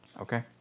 Okay